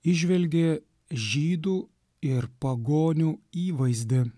įžvelgė žydų ir pagonių įvaizdį